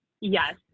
yes